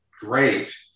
great